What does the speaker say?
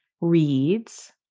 reads